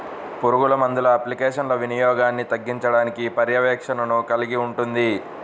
పురుగుమందుల అప్లికేషన్ల వినియోగాన్ని తగ్గించడానికి పర్యవేక్షణను కలిగి ఉంటుంది